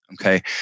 Okay